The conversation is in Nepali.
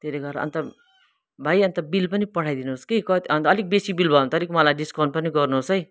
त्यसले गर्दा अन्त भाइ अन्त बिल पनि पठाइदिनुहोस् कि कति अन्त अलिक बेसी बिल भयो भने त मलाई अलिक डिस्काउन्ट पनि गर्नुहोस् है